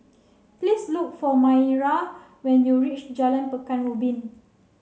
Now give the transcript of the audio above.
please look for Maira when you reach Jalan Pekan Ubin